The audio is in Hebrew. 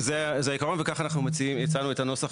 זה העקרון וככה אנחנו הצענו את הנוסח,